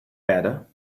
better